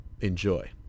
enjoy